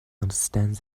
understand